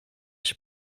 się